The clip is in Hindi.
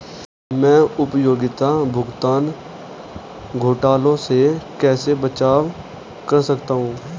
मैं उपयोगिता भुगतान घोटालों से कैसे बचाव कर सकता हूँ?